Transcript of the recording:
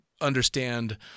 understand